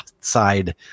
side